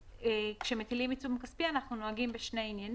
כדי שהמידע של בנק ישראל יהיה מידע אמין ויכלול